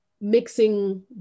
mixing